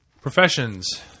Professions